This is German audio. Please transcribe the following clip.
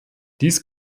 dies